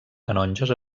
canonges